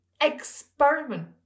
Experiment